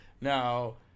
Now